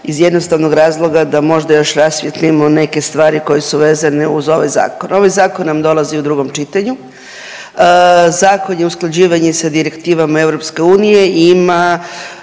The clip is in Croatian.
iz jednostavnog razloga da možda još rasvijetlimo neke stvari koje su vezane uz ovaj zakon. Ovaj zakon nam dolazi u drugom čitanju, zakon je usklađivanje sa direktivama EU i ima,